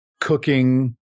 cooking